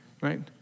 right